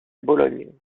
bologne